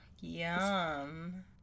Yum